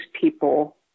people